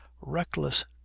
reckless